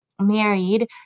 married